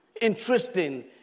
interesting